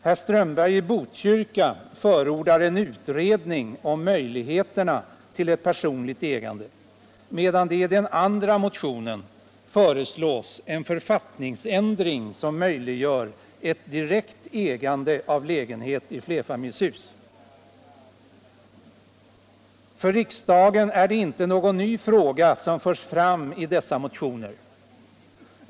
Herr Strömberg i Botkyrka förordar en utredning om möjligheterna till ett personligt ägande medan det i den andra motionen föreslås en författningsändring som möjliggör ett direkt ägande av lägenhet i flerfamiljshus. För riksdagen är det inte någon ny fråga som förs fram i dessa motioner.